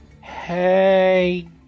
Hey